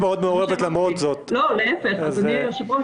מאה אחוז.